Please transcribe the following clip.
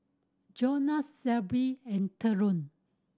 Jonas Shelbi and Theron